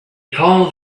called